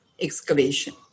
excavation